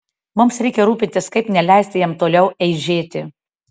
mums reikia rūpintis kaip neleisti jam toliau eižėti